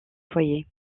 foyer